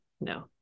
no